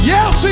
Yes